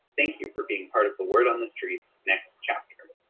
thank you for being part of the word on the streets next chapter.